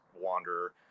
wanderer